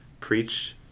preach